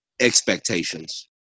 expectations